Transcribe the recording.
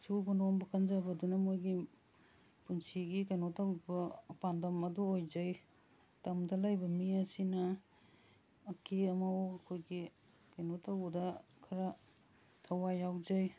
ꯁꯨꯕ ꯅꯣꯝꯕ ꯀꯟꯖꯕꯗꯨꯅ ꯃꯣꯏꯒꯤ ꯄꯨꯟꯁꯤꯒꯤ ꯀꯩꯅꯣ ꯇꯧꯕ ꯄꯥꯟꯗꯝ ꯑꯗꯨ ꯑꯣꯏꯖꯩ ꯇꯝꯗ ꯂꯩꯕ ꯃꯤ ꯑꯁꯤꯅ ꯑꯀꯦ ꯑꯃꯧ ꯑꯩꯈꯣꯏꯒꯤ ꯀꯩꯅꯣ ꯇꯧꯕꯗ ꯈꯔ ꯊꯋꯥꯏ ꯌꯥꯎꯖꯩ